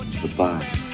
Goodbye